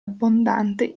abbondante